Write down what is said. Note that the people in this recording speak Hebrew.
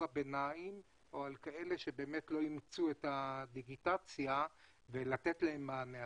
הביניים או על אלה שלא אימצו את הדיגיטציה ולתת להם מענה.